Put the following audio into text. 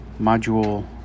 Module